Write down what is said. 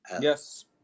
Yes